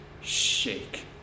shake